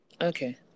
Okay